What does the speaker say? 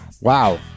Wow